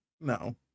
no